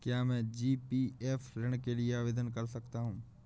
क्या मैं जी.पी.एफ ऋण के लिए आवेदन कर सकता हूँ?